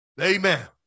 Amen